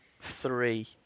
three